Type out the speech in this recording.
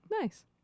Nice